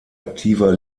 aktiver